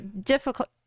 difficult